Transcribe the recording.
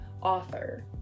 author